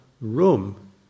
room